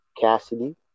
Cassidy